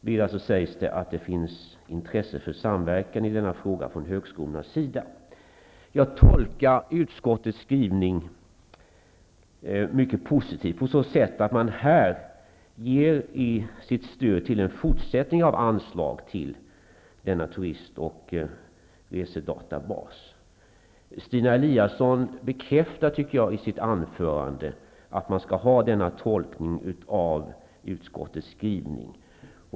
Vidare sägs det att det finns intresse för samverkan i denna fråga från högskolornas sida. Jag tolkar utskottets skrivning mycket positivt på så sätt att man här ger sitt stöd till en fortsättning av anslagen till Turist och resedatabasen. Jag tycker att Stina Eliasson i sitt anförande bekräftade att man skall göra denna tolkning av utskottets skrivning.